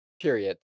period